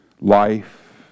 life